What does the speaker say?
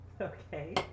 Okay